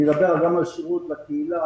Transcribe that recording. ואני מדבר גם על שירות בקהילה,